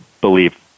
believe